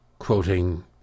Quoting